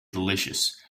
delicious